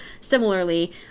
similarly